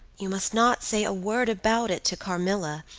you must not say a word about it to carmilla,